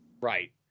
Right